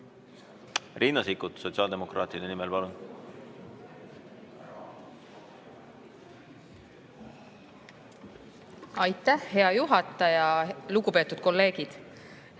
Riina Sikkut sotsiaaldemokraatide nimel, palun! Aitäh, hea juhataja! Lugupeetud kolleegid!